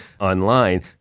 online